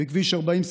בכביש 40,